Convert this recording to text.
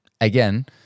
again